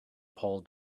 paul